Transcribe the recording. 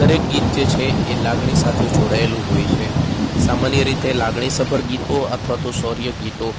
દરેક ગીત જે છે એ લાગણી સાથે જોડાયેલું હોય છે સામાન્ય રીતે લાગણી સભર ગીતો અથવા તો શૌર્ય ગીતો